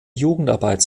jugendarbeit